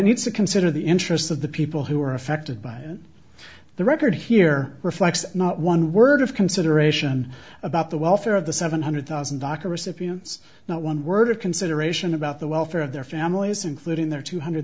needs to consider the interests of the people who are affected by it the record here reflects not one word of consideration about the welfare of the seven hundred thousand dockery scipio it's not one word of consideration about the welfare of their families including their two hundred